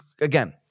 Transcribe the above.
again